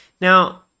Now